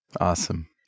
Awesome